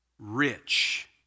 rich